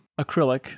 acrylic